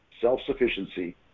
Self-sufficiency